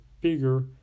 bigger